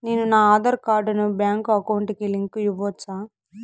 నేను నా ఆధార్ కార్డును బ్యాంకు అకౌంట్ కి లింకు ఇవ్వొచ్చా?